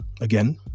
again